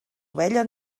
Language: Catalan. ovella